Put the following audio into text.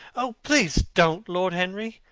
oh, please don't, lord henry.